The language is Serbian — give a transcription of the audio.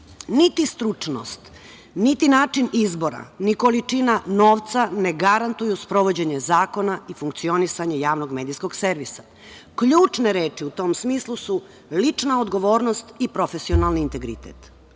stručnost, niti način izbora, ni količina novca ne garantuju sprovođenje zakona i funkcionisanje javnog medijskog servisa. Ključne reči u tom smislu su lična odgovornost i profesionalni integritet.U